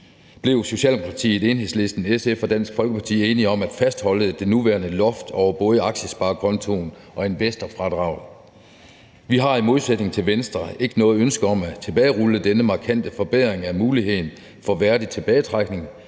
blev Socialdemokratiet, Enhedslisten, SF og Dansk Folkeparti enige om at fastholde det nuværende loft over både aktiesparekontoen og investorfradraget. Vi har i modsætning til Venstre ikke noget ønske om at tilbagerulle denne markante forbedring af muligheden for værdig tilbagetrækning